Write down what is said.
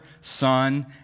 Son